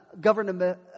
government